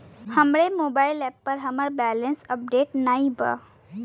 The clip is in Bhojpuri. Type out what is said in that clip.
हमरे मोबाइल एप पर हमार बैलैंस अपडेट नाई बा